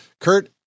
Kurt